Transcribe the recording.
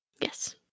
Yes